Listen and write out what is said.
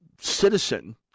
citizen